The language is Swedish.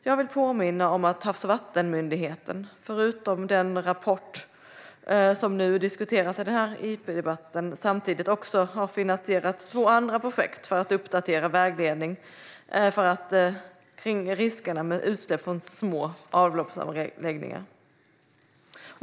Jag vill påminna om att Havs och vattenmyndigheten, förutom den rapport som diskuteras i den här interpellationsdebatten, samtidigt också har finansierat två andra projekt för att uppdatera vägledningen kring riskerna med utsläpp från små avloppsanläggningar.